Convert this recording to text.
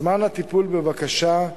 זמן הטיפול בבקשה,